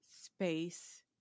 space